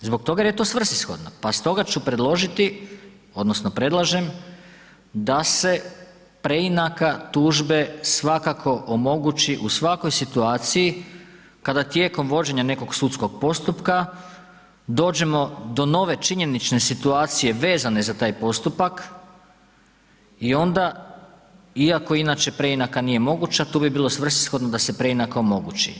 Zbog toga jer je to svrsishodno, pa stoga ću predložiti odnosno predlažem da se preinaka tužbe svakako omogući u svakoj situaciji kada tijekom vođenja nekog sudskog postupka dođemo do nove činjenične situacije vezane za taj postupak i onda iako inače preinaka nije moguća, tu bi bilo svrsishodno da se preinaka omogući.